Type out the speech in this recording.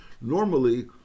normally